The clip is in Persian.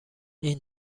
این